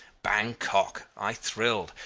bankok! i thrilled.